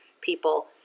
people